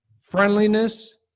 friendliness